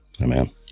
Amen